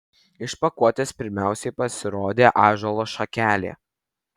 iš pakuotės pirmiausiai pasirodė ąžuolo šakelė